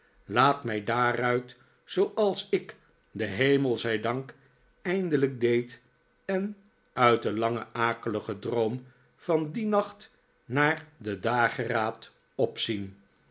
laat mij daaruit zooals ik den hemel zij dank eindelijk deed en uit den langen akeligen droom van dien nacht naar den dageraad opzien